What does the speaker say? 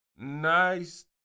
nice